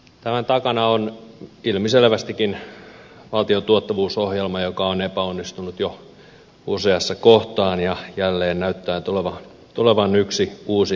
tämän takana on ilmiselvästikin valtion tuottavuusohjelma joka on epäonnistunut jo useassa kohtaa ja jälleen näyttää tulevan yksi uusi epäonnistuminen